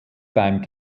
beim